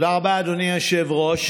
תודה רבה, אדוני היושב-ראש.